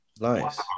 Nice